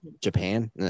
Japan